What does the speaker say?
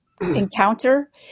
encounter